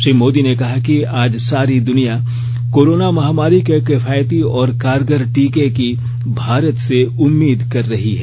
श्री मोदी ने कहा कि आज सारी दुनिया कोरोना महामारी के किफायती और कारगर टीके की भारत से उम्मीद कर रही है